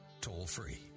toll-free